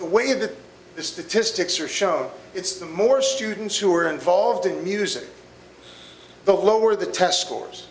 way that the statistics are shown it's the more students who are involved in music the lower the test scores